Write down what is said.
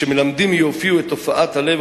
כשמלמדים מי הופיעו את הופעת הלב,